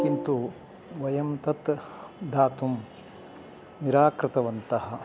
किन्तु वयं तत् धातुं निराकृतवन्तः